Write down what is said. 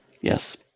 Yes